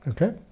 Okay